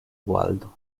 waldo